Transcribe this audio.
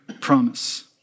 promise